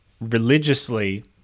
religiously